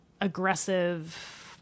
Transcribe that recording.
aggressive